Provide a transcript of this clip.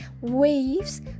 waves